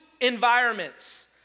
environments